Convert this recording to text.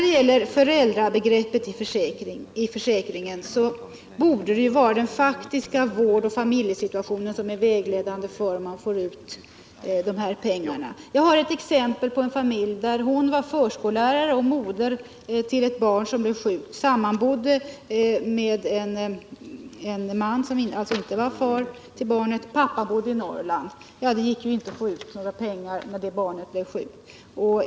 Beträffande föräldrabegreppet i försäkringen borde den faktiska vårdoch familjesituationen vara vägledande för huruvida man skall få ut de här pengarna. Jag har ett exempel som gäller en familj där en förskollärare var moder till ett barn som blev sjukt. Hon sammanbodde med en man som inte var far till barnet. Pappan bodde i Norrland. Det gick ju inte att få ut några pengar när barnet blev sjukt.